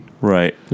Right